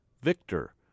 Victor